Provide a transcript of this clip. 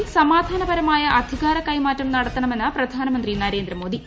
അമേരിക്കയിൽ സമാധാനപരമായ അധികാര കൈമാറ്റം നടത്തണമെന്ന് പ്രധാനമന്ത്രി നരേന്ദ്രമോദി